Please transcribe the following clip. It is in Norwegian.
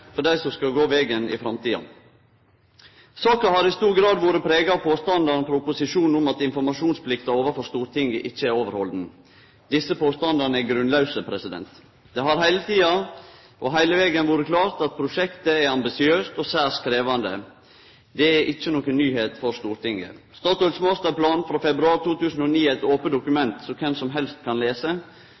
for dei som skal gå vegen i framtida. Saka har i stor grad vore prega av påstandane frå opposisjonen om at informasjonsplikta overfor Stortinget ikkje er overhalden. Desse påstandane er grunnlause. Det har heile tida og heile vegen vore klart at prosjektet er ambisiøst og særs krevjande. Det er ikkje noka nyheit for Stortinget. Statoils masterplan frå februar 2009 er eit ope dokument, som kven som helst kan lese.